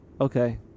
Okay